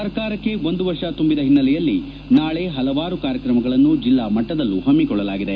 ಸರ್ಕಾರಕ್ಕೆ ಒಂದು ವರ್ಷ ತುಂಬಿದ ಹಿನ್ನೆಲೆಯಲ್ಲಿ ನಾಳಿ ಹಲವಾರು ಕಾರ್ಯಕ್ರಮಗಳನ್ನು ಜಿಲ್ಲಾ ಮಟ್ವದಲ್ಲೂ ಹಮ್ಮಿಕೊಳ್ಳಲಾಗಿದೆ